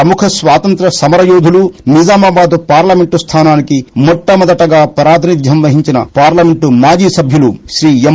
ప్రముఖ స్వాతంత్ర సమరయోధులు నిజామాబాద్ పార్లమెంటు స్థానానికి మొట్టమొదటగా ప్రాతినిధ్యం వహించిన పార్లమెంటు మాజీ సభ్యులు ఎం